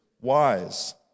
wise